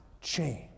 change